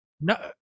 No